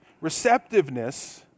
Receptiveness